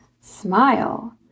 smile